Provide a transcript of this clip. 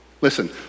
Listen